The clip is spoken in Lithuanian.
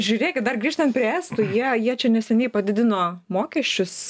žiūrėkit dar grįžtant prie estų jie jie čia neseniai padidino mokesčius